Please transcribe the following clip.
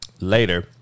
later